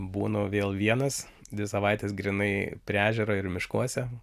būnu vėl vienas dvi savaites grynai prie ežero ir miškuose